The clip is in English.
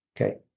Okay